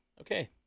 Okay